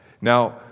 Now